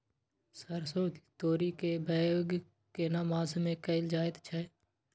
सरसो, तोरी के बौग केना मास में कैल जायत छै?